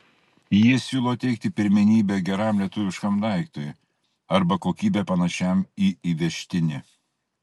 jie siūlo teikti pirmenybę geram lietuviškam daiktui arba kokybe panašiam į įvežtinį